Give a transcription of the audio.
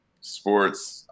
sports